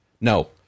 no